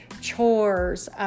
chores